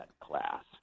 class